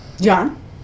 John